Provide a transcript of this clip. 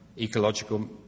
ecological